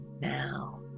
now